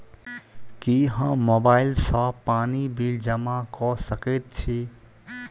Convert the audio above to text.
की हम मोबाइल सँ पानि बिल जमा कऽ सकैत छी?